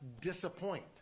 disappoint